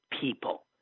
people